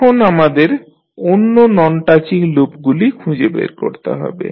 এখন আমাদের অন্য নন টাচিং লুপগুলি খুঁজে বের করতে হবে